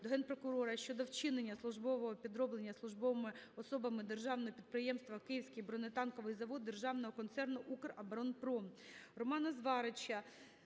до Генпрокурора щодо вчинення службового підроблення службовими особами Державного підприємства "Київський бронетанковий завод" Державного концерну "Укроборонпром". Романа Зварича